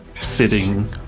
sitting